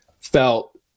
felt